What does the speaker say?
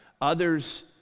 Others